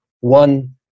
One